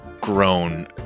grown